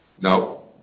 No